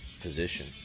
position